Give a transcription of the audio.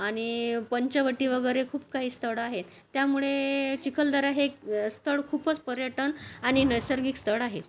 आणि पंचवटी वगैरे खूप काही स्थळ आहे त्यामुळे चिखलदरा हे स्थळ खूप पर्यटन आणि नैसर्गिक स्थळ आहे